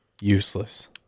useless